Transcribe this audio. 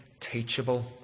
teachable